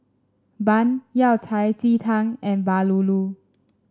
bun Yao Cai Ji Tang and bahulu